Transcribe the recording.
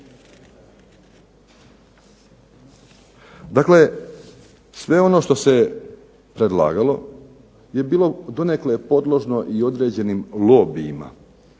Dakle, sve ono što se predlagalo je bilo donekle podložno i određenim lobijima,